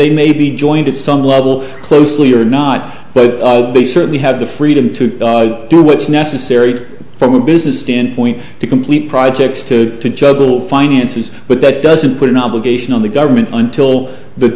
they may be joined at some level closely or not but they certainly have the freedom to do what's necessary from a business standpoint to complete projects to juggle finances but that doesn't put an obligation on the government until the